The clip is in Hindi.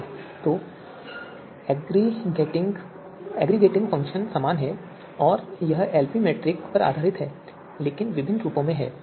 तो एग्रीगेटिंग फंक्शन समान है और यह एलपी मीट्रिक पर आधारित है लेकिन विभिन्न रूपों में है